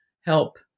help